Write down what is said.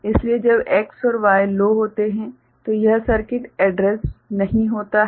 इसलिए जब X और Y लो होते हैं तो यह सर्किट एड्रेस्ड नहीं होता है